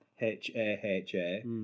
H-A-H-A